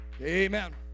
Amen